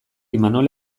imanol